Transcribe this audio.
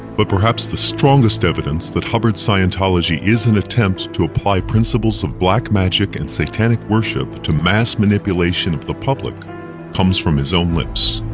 but perhaps the strongest evidence that hubbard's scientology is an attempt to apply principles of black magic and satanic worship to mass manipulation of the public comes from his own lips.